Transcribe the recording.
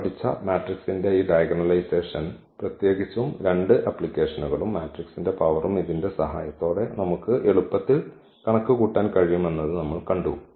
നമ്മൾ പഠിച്ച മാട്രിക്സിന്റെ ഈ ഡയഗണലൈസേഷൻ പ്രത്യേകിച്ചും രണ്ട് ആപ്ലിക്കേഷനുകളും മാട്രിക്സിന്റെ പവറും ഇതിന്റെ സഹായത്തോടെ നമുക്ക് എളുപ്പത്തിൽ കണക്കുകൂട്ടാൻ കഴിയും എന്നത് നമ്മൾ കണ്ടു